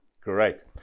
Great